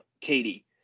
Katie